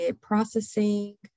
processing